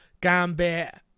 Gambit